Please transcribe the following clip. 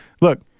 Look